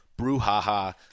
brouhaha